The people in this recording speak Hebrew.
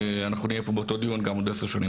אנחנו נהיה פה באותו דיון גם עוד עשר שנים.